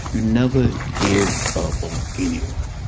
you never give up on anyone